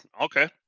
okay